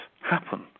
happen